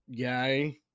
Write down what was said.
guy